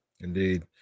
indeed